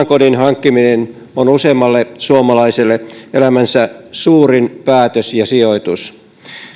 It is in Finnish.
kodin hankkiminen on useimmalle suomalaiselle elämän suurin päätös ja sijoitus